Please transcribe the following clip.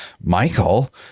Michael